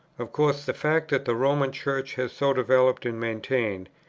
of course the fact that the roman church has so developed and maintained,